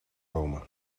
rome